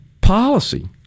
policy